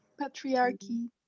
Patriarchy